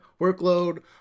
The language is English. workload